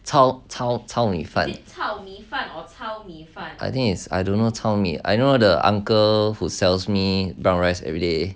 糙糙糙米饭 I think is 糙米 I think is I don't know 糙米 I know the uncle who sells me brown rice everyday